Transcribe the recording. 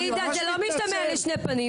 זה לא משתמע לשני פנים.